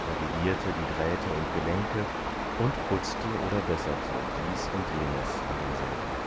revidierte die drähte und gelenke und putzte oder besserte dies und jenes an denselben